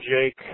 Jake